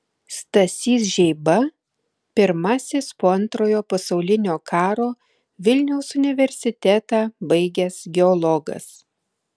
stasys žeiba pirmasis po antrojo pasaulinio karo vilniaus universitetą baigęs geologas